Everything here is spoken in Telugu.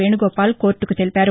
వేణుగోపాల్ కోర్టుకు తెలిపారు